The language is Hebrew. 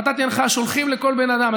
ונתתי הנחיה ששולחים לכל בן אדם.